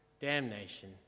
damnation